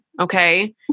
Okay